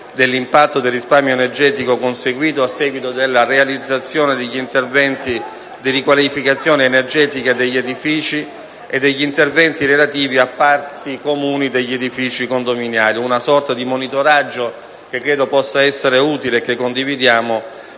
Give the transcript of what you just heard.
dell'impatto del risparmio energetico conseguito a seguito della realizzazione degli interventi di riqualificazione energetica degli edifici e degli interventi relativi a parti comuni degli edifici condominiali: una sorta di monitoraggio che credo possa essere utile, e che condividiamo,